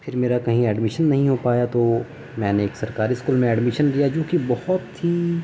پھر میرا کہیں ایڈمیشن نہیں ہو پایا تو میں نے ایک سرکاری اسکول میں ایڈمیشن لیا جو کہ بہت ہی